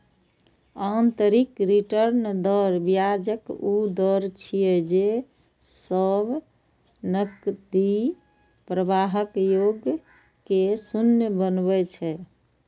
आंतरिक रिटर्न दर ब्याजक ऊ दर छियै, जे सब नकदी प्रवाहक योग कें शून्य बनबै छै